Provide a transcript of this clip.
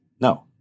no